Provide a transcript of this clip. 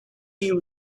you